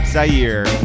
Zaire